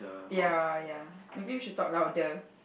ya ya maybe we should talk louder